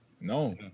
No